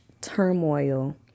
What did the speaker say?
turmoil